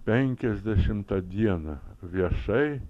penkiasdešimtą dieną viešai